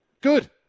Good